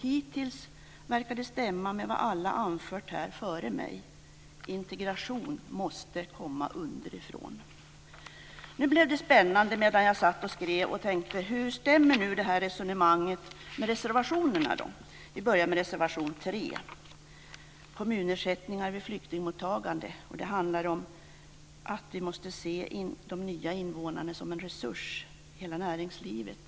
Hittills verkar det stämma med vad alla anfört här före mig - integration måste komma underifrån. Nu blev det spännande medan jag satt och skrev. Jag tänkte: Hur stämmer nu det här resonemanget med reservationerna? Vi börjar med reservation 3 om kommunersättningar vid flyktingmottagande. Det handlar om att vi måste se de nya invånarna som en resurs för hela näringslivet.